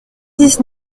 dix